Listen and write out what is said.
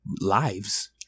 lives